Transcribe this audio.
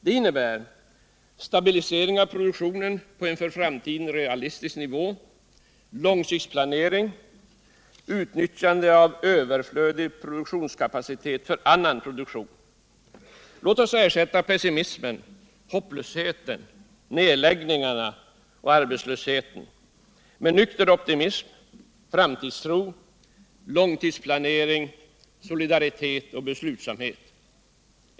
Det innebär stabilisering av produktionen på en för framtiden realistisk nivå, långsiktsplanering och utnyttjande av överflödig produktionskapacitet för annan produktion. Låt oss ersätta pessimismen, hopplösheten, nedläggningarna och arbetslösheten med nykter optimism, framtidstro, långsiktsplanering, solidaritet och beslutsamhet.